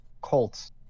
Colts